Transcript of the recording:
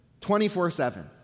24-7